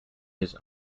his